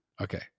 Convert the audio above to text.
Okay